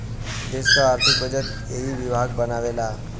देस क आर्थिक बजट एही विभाग बनावेला